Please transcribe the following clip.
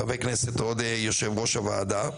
חבר הכנסת עודה, יושב-ראש הוועדה,